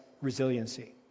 resiliency